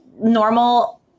normal